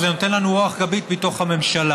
וזה נותן לנו רוח גבית מתוך הממשלה.